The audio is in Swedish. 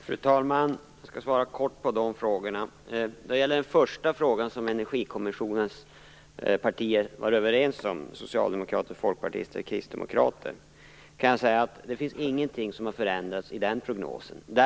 Fru talman! Jag skall svara kortfattat. När det gäller den första frågan var partirepresentanterna i Energikommissionen överens - dvs. socialdemokrater, folkpartister och kristdemokrater. Det finns ingenting som har förändrats i Energikommissionens prognos.